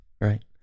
right